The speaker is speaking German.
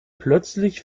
plötzlich